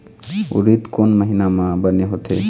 उरीद कोन महीना म बने होथे?